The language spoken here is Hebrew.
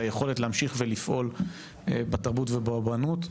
היכולת להמשיך ולפעול בתרבות ובאומנות.